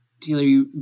Taylor